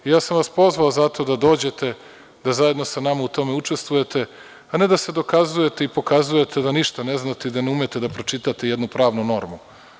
Ja sam vas pozvao zato da dođete da zajedno sa nama u tome učestvujete, a ne da se dokazujete i pokazujete da ništa ne znate i da ne umete da pročitate jednu pravnu normu.